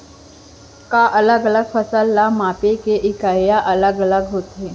का अलग अलग फसल ला मापे के इकाइयां अलग अलग होथे?